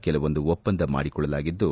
ಕೆಲವೊಂದು ಒಪ್ಪಂದ ಮಾಡಿಕೊಳ್ಳಲಾಗಿದ್ದು